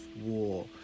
war